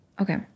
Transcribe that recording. Okay